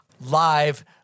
Live